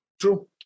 True